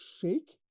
shake